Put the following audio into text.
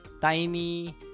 Tiny